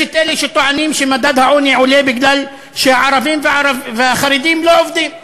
יש אלה שטוענים שמדד העוני עולה מפני שהערבים והחרדים לא עובדים.